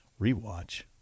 Rewatch